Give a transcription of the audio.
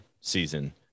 season